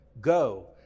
Go